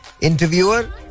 Interviewer